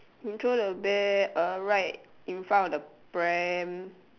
he throw the bear uh right in front of the pram